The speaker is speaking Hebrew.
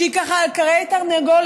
שהיא ככה על כרעי תרנגולת,